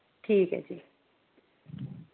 ठीक ऐ जी